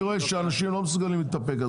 אני רואה שאנשים לא מסוגלים להתאפק,